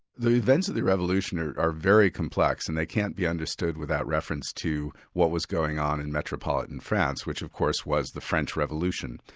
the events of the revolution are are very complex and they can't be understood without reference to what was going on in metropolitan france, which of course was the french revolution.